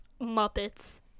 Muppets